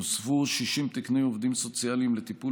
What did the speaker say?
נוספו 60 תקני עובדים סוציאליים לטיפול